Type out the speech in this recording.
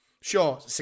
Sure